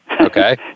Okay